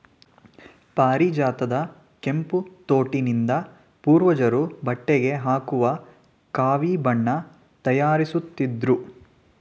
ಪಾರಿಜಾತದ ಕೆಂಪು ತೊಟ್ಟಿನಿಂದ ಪೂರ್ವಜರು ಬಟ್ಟೆಗೆ ಹಾಕುವ ಕಾವಿ ಬಣ್ಣ ತಯಾರಿಸುತ್ತಿದ್ರು